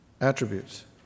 attributes